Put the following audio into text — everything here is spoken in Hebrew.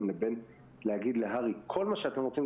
לבין להגיד להגיד להר"י: כל מה שאתם רוצים,